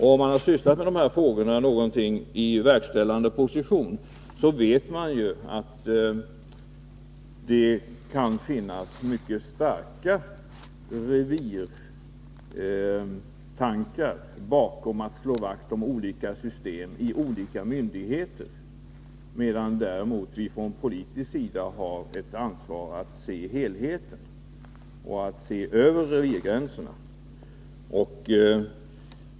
Har man sysslat något med dessa frågor i verkställande position vet man att det kan finnas ett mycket starkt revirtänkande, då det är fråga om att slå vakt om olika system inom skilda myndigheter, medan vi från politisk sida har ett ansvar att se till helheten och över revirgränserna.